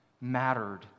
mattered